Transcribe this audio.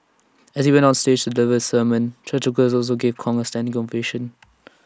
as he went on stage to deliver his sermon churchgoers also gave Kong A standing ovation